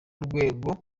rwego